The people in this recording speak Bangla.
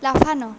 লাফানো